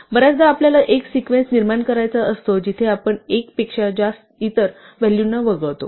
बऱ्याचदा आपल्याला एक सिक्वेन्स निर्माण करायचा असतो जिथे आपण 1 पेक्षा इतर व्हॅलूना वगळतो